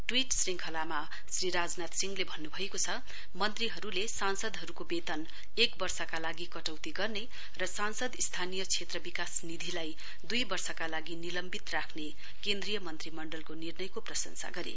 tweet श्रङ्खलामा शरी राजनाथ सिंहले भन्नुभएको छ मन्त्रीहरूले सांसदहरूको वेतन एक वर्षका लागि कटौती गर्ने र सांसद स्थानीय क्षेत्र विकास निधिलाई दुइ वर्षका लागि निलम्बित राख्ने केन्द्रीय मन्त्रीमण्डलको निर्णयको प्रशंसा गरे